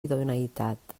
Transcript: idoneïtat